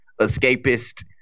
escapist